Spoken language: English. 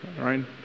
right